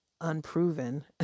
unproven